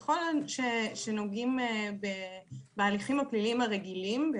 ככל שנוגעים בהליכים הפליליים הרגילים,